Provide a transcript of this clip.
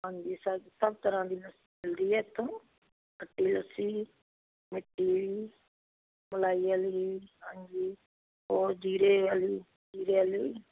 ਹਾਂਜੀ ਸਰ ਸਭ ਤਰ੍ਹਾਂ ਦੀ ਲੱਸੀ ਮਿਲਦੀ ਹੈ ਇੱਥੋਂ ਖੱਟੀ ਲੱਸੀ ਮਿੱਠੀ ਮਲਾਈ ਵਾਲੀ ਹਾਂਜੀ ਹੋਰ ਜੀਰੇ ਵਾਲੀ ਜੀਰੇ ਵਾਲੀ